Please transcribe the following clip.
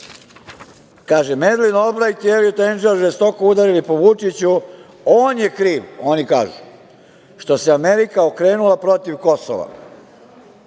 Medlin Olbrajt i Eliot Engel žestoko udarili po Vučiću. On je kriv, oni kažu, što se Amerika okrenula protiv Kosova.